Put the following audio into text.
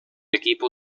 equipo